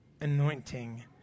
anointing